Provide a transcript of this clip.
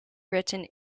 written